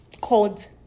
called